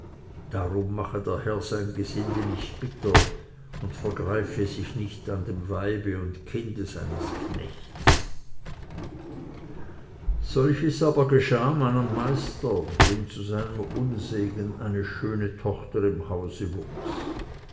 darum mache der herr sein gesinde nicht bitter und vergreife sich nicht an dem weibe und kinde seines knechts solches aber geschah meinem meister dem zu seinem unsegen eine schöne tochter im hause wuchs